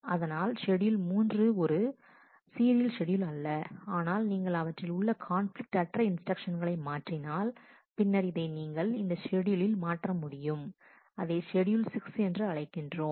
அதனால் ஷெட்யூல் 3 ஒரு serial schedule அல்ல ஆனால் நீங்கள் அவற்றில் உள்ள கான்பிலிக்ட் அற்ற இன்ஸ்டிரக்ஷன்ஸ்களை மாற்றினால் பின்னர் இதை நீங்கள் இந்த ஷெட்யூலில் மாற்ற முடியும் அதை ஷெட்யூல் 6 என்று அழைக்கின்றோம்